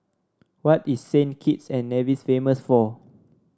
what is Saint Kitts and Nevis famous for